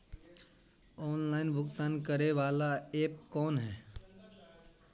Online भुगतान करे बाला ऐप कौन है?